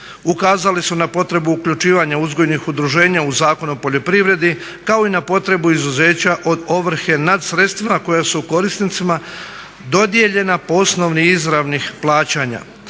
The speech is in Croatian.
Ukazali su na potrebu uključivanja uzgojnih udruženja u Zakon o poljoprivredi kao i na potrebu izuzeća od ovrhe nad sredstvima koja su korisnicima dodijeljena po osnovi izravnih plaćanja.